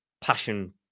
passion